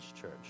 church